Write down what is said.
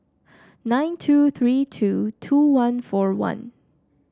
nine two three two two one four one